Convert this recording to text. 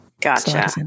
Gotcha